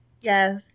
Yes